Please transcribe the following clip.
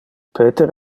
peter